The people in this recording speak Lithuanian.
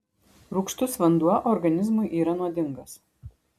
rūgštus vanduo organizmui yra nuodingas